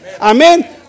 Amen